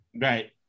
Right